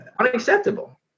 Unacceptable